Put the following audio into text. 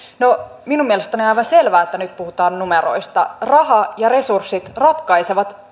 no minun mielestäni on aivan selvää että nyt puhutaan numeroista raha ja resurssit ratkaisevat